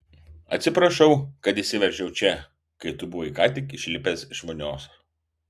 atsiprašau kad įsiveržiau čia kai tu buvai ką tik išlipęs iš vonios